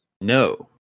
No